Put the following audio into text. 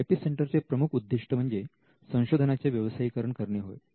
I P सेंटरचे प्रमुख उद्दिष्ट म्हणजे संशोधनाचे व्यवसायीकरण करणे होय